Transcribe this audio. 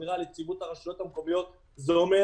ושמירה על יציבות הרשויות המקומיות זה אומר